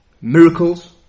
miracles